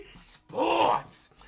sports